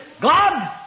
God